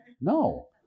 No